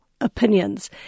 opinions